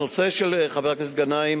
הנושא של חבר הכנסת גנאים